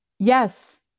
Yes